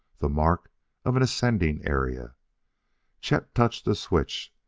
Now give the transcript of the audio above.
the mark of an ascending area chet touched a switch.